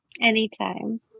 Anytime